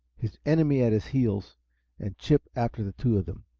his enemy at his heels and chip after the two of them,